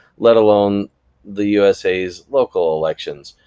let alone the usa's local elections,